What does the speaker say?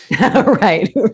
Right